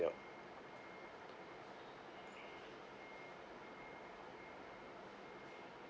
yup